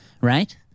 right